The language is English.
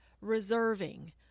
reserving